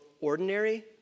ordinary